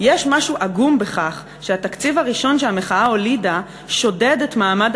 "יש אומנם משהו עגום בכך שהתקציב הראשון שהמחאה הולידה שודד את מעמד